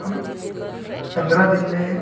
हम पंद्रह दिन में